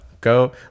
go